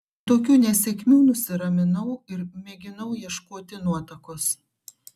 po tokių nesėkmių nusiraminau ir mėginau ieškoti nuotakos